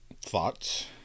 thoughts